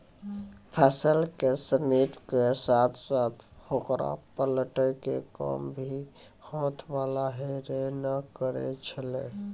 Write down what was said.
फसल क समेटै के साथॅ साथॅ होकरा पलटै के काम भी हाथ वाला हे रेक न करै छेलै